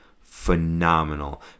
phenomenal